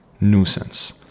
Nuisance